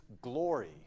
glory